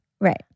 Right